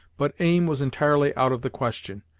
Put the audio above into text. but aim was entirely out of the question,